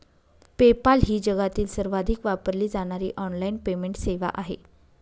PayPal ही जगातील सर्वाधिक वापरली जाणारी ऑनलाइन पेमेंट सेवा आहे